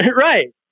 Right